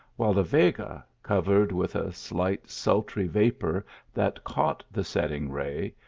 while the vega, covered with a slight sultry vapour that caught the setting ray,